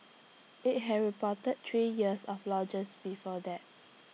IT had reported three years of loges before that